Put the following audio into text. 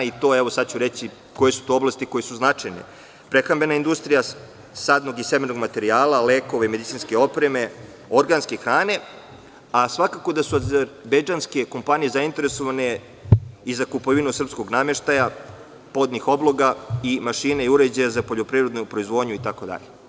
Reći ću to koje su to oblasti, a koje su značajne, prehrambena industrija sadnog i semenog materijala, lekova i medicinske opreme, organske hrane, a svakako da su azerbejdžanske kompanije zainteresovane i za kupovinu srpskog nameštaja, podnih obloga i mašina i uređaja za poljoprivrednu proizvodnju itd.